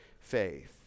faith